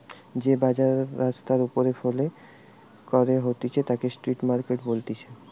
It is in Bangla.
যে বাজার রাস্তার ওপরে ফেলে করা হতিছে তাকে স্ট্রিট মার্কেট বলতিছে